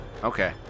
Okay